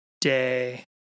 day